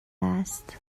است